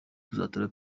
kuzatora